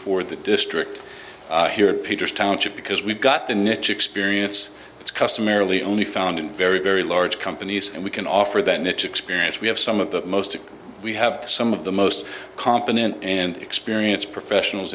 for the district here peters township because we've got the niche experience it's customarily only found in very very large companies and we can offer that niche experience we have some of the most we have some of the most competent and experienced professionals